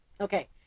Okay